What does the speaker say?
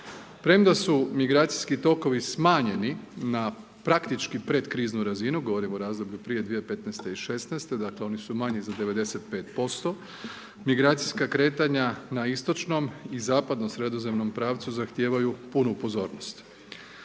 Premda su migracijski tokovi smanjeni na praktički pred kriznu razinu, govorim o razdoblju prije 2015. i 2016. dakle oni su manji za 95% migracijska kretanja na istočnom i zapadno sredozemnom pravcu zahtijevaju punu pozornost.